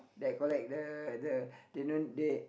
that collect the the the the